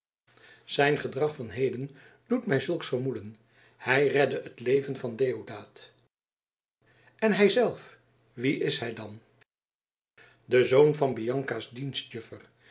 zijn gedrag van heden doet mij zulks vermoeden hij redde het leven van deodaat en hij zelf wie is hij dan de zoon van bianca's dienstjuffer